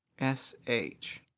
S-H